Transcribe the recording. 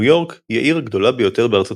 ניו יורק היא העיר הגדולה ביותר בארצות